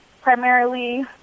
primarily